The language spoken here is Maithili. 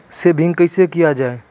सेविंग कैसै किया जाय?